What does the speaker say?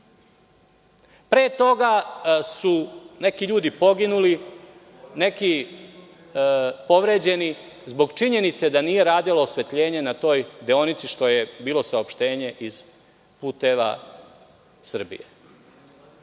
Pre toga su neki ljudi poginuli, neki povređeni zbog činjenice da nije radilo osvetljenje na toj deonici, što je bilo saopštenje iz „Puteva